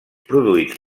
produïts